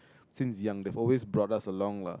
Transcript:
since young they always bought us along lah